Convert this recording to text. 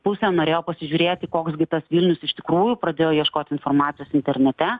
pusė norėjo pasižiūrėti koks gi tas vilnius iš tikrųjų pradėjo ieškot informacijos internete